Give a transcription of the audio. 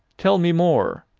tell me more.